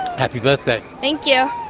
happy birthday. thank you.